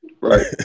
Right